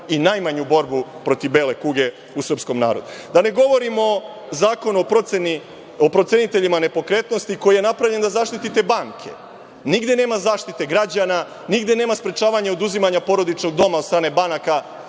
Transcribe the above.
i najmanju borbu protiv bele kuge u srpskom narodu. Da ne govorim o Zakonu o proceniteljima nepokretnosti, koji je napravljen da zaštitite banke. Nigde nema zaštite građana, nigde nema sprečavanja oduzimanja porodičnog doma od strane banaka.